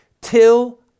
till